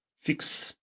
fix